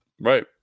Right